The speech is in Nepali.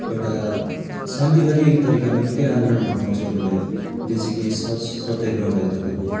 एउटा शान्तिवादी तरिकामा निकै आन्दोलनहरू लन्च गर्नु भयो जैसे कि स सत्याग्रह भयो तपाईँको